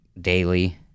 daily